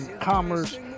commerce